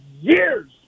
years